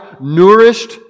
nourished